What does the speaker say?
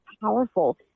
powerful